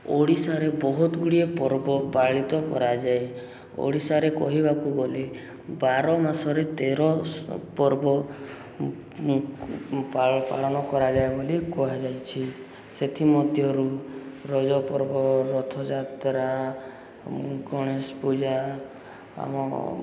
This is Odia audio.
ଓଡ଼ିଶାରେ ବହୁତ ଗୁଡ଼ିଏ ପର୍ବ ପାଳିତ କରାଯାଏ ଓଡ଼ିଶାରେ କହିବାକୁ ଗଲେ ବାର ମାସରେ ତେର ପର୍ବ ପାଳନ କରାଯାଏ ବୋଲି କୁହାଯାଇଛି ସେଥିମଧ୍ୟରୁ ରଜ ପର୍ବ ରଥଯାତ୍ରା ଗଣେଶ ପୂଜା ଆମ